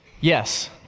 yes